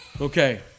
Okay